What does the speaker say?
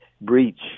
breach